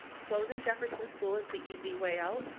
closing jefferson school is the easy way out,